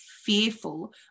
fearful